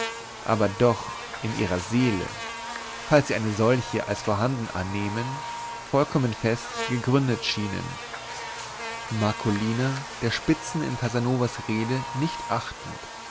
aber doch in ihrer seele falls sie eine solche als vorhanden annehmen vollkommen fest gegründet schienen marcolina der spitzen in casanovas rede nicht achtend